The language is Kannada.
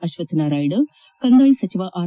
ಅಶ್ವಥ್ ನಾರಾಯಣ ಕಂದಾಯ ಸಚಿವ ಆರ್